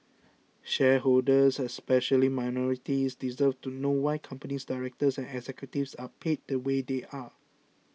shareholders especially minorities deserve to know why company directors and executives are paid the way they are